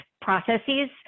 processes